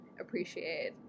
appreciate